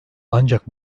ancak